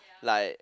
like